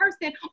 person